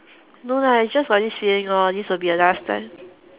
no lah just got this feeling lor this will be the last time